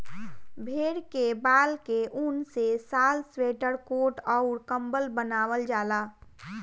भेड़ के बाल के ऊन से शाल स्वेटर कोट अउर कम्बल बनवाल जाला